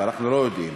כי אנחנו לא יודעים,